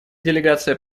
делегация